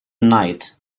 night